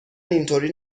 اینطوری